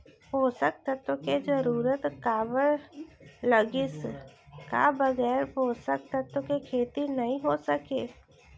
पोसक तत्व के जरूरत काबर लगिस, का बगैर पोसक तत्व के खेती नही हो सके?